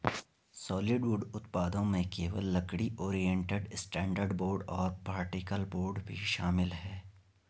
solid wood उत्पादों में केवल लकड़ी, ओरिएंटेड स्ट्रैंड बोर्ड और पार्टिकल बोर्ड भी शामिल है